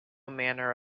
manner